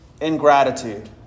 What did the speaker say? ingratitude